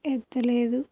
ఎత్తలేదు